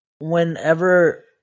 whenever